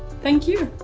thank you!